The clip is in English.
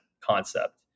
concept